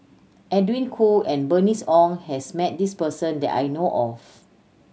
Edwin Koo and Bernice Ong has met this person that I know of